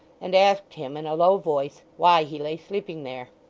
and asked him in a low voice, why he lay sleeping there.